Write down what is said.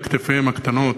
על כתפיהן הקטנות,